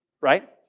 right